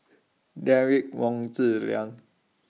Derek Wong Zi Liang